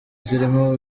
zirimo